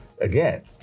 Again